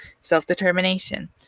self-determination